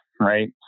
Right